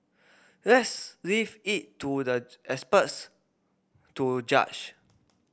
let's leave it to the experts to judge